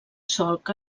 solc